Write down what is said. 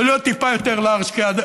ולהיות טיפה יותר לארג',